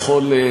בדיבורי.